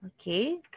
Okay